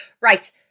Right